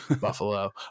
buffalo